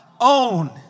Own